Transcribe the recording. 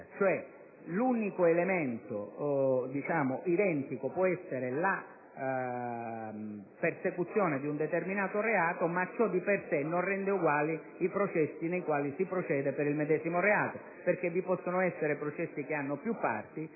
L'unico elemento identico può essere il perseguimento di un determinato reato, ma ciò di per sé non rende uguali i processi nei quali si procede per il medesimo reato, perché vi possono essere processi che hanno più parti,